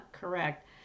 correct